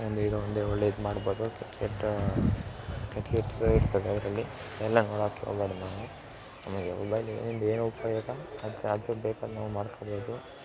ಒಂದು ಏನೋ ಒಂದು ಒಳ್ಳೆಯದು ಮಾಡ್ಬೌದು ಕೆಟ್ಟ ಕೆಟ್ಟ ಕೆಟ್ಟ ಕೆಟ್ಟದ್ದು ಇರ್ತದೆ ಅದರಲ್ಲಿ ಎಲ್ಲ ನೋಡೋಕ್ ಹೋಗ್ಬಾಡ್ದ್ ನಾವು ನಮಗೆ ಮೊಬೈಲಿಂದ ಏನು ಉಪಯೋಗ ಅದು ಅದು ಬೇಕಾದ್ರೆ ನಾವು ಮಾಡ್ಕೋಬೌದು